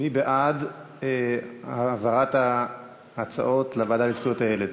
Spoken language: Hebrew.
מי בעד העברת ההצעות לוועדה לזכויות הילד?